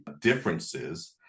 differences